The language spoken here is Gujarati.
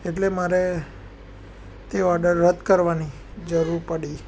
એટલે મારે તે ઓર્ડર રદ કરવાની જરૂર પડી